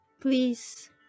Please